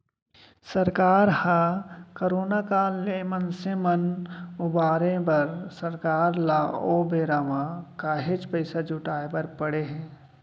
सरकार ह करोना काल ले मनसे मन उबारे बर सरकार ल ओ बेरा म काहेच पइसा जुटाय बर पड़े हे